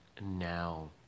now